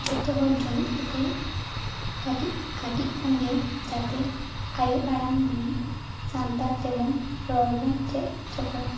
ᱡᱚᱛᱚ ᱦᱚᱲ ᱡᱩᱢᱤᱫ ᱠᱟᱛᱮ ᱠᱟᱹᱴᱤᱡ ᱠᱟᱹᱴᱤᱡ ᱠᱷᱚᱱ ᱜᱮ ᱡᱟᱛᱮ ᱟᱭᱳ ᱟᱲᱟᱝ ᱢᱟᱱᱮ ᱥᱟᱱᱛᱟᱲ ᱛᱮᱵᱚᱱ ᱨᱚᱲ ᱵᱚ ᱪᱮᱫ ᱦᱚᱪᱚ ᱠᱚᱣᱟ